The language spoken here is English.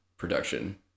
production